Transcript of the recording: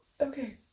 okay